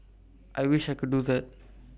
I wish I could do that